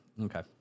Okay